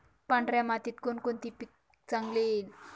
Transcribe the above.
पांढऱ्या मातीत कोणकोणते पीक चांगले येईल?